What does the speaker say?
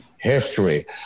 history